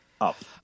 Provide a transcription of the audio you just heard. up